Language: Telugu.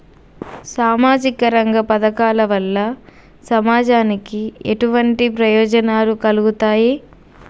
సామాజిక రంగ పథకాల వల్ల సమాజానికి ఎటువంటి ప్రయోజనాలు కలుగుతాయి?